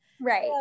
Right